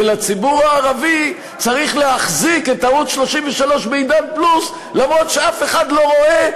ולציבור הערבי צריך להחזיק את ערוץ 33 ב"עידן פלוס" אף שאף אחד לא רואה?